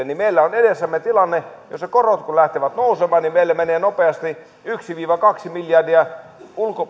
niin meillä on edessämme tilanne jossa korot kun lähtevät nousemaan niin meillä menee nopeasti yksi viiva kaksi miljardia